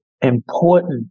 important